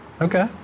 Okay